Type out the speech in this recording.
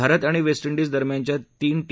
भारत आणि West Indies दरम्यानच्या तीन टी